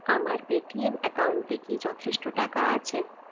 আমার পেটিএম অ্যাকাউন্টে কি যথেষ্ট টাকা আছে